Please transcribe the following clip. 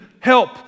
Help